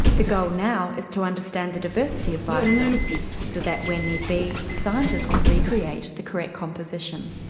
the goal now is to understand the diversity of biofilms so that when need be the scientists can recreate the correct composition.